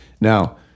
Now